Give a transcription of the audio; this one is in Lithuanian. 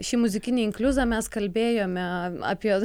šį muzikinį inkliuzą mes kalbėjome apie